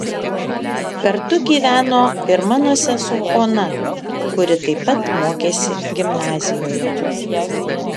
kartu gyveno ir mano sesuo ona kuri taip pat mokėsi gimnazijoje